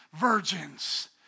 virgins